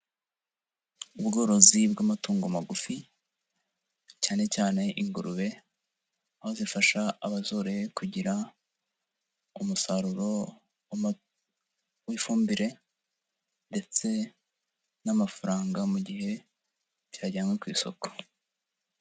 Ubworozi bw'amatungo magufi, cyane cyane ingurube, aho zifasha abazoroye kugira umusaruro w'ifumbire ndetse n'amafaranga mu gihe cyajyanwe ku isoko.